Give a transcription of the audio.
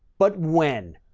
but when.